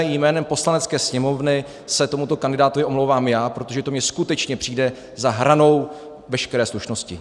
Jménem Poslanecké sněmovny se tomuto kandidátovi omlouvám já, protože to mně skutečně přijde za hranou veškeré slušnosti.